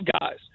guys